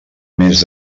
més